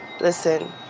listen